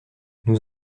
nous